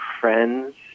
friends